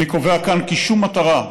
אני קובע כאן כי שום מטרה,